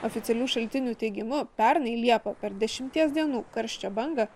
oficialių šaltinių teigimu pernai liepą per dešimties dienų karščio bangą